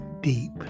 deep